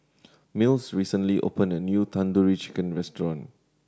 Mills recently opened a new Tandoori Chicken Restaurant